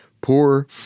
poor